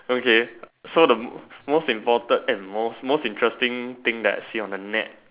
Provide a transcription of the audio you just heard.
okay so the most important eh most the most interesting thing I see on the net